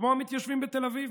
כמו המתיישבים בתל אביב,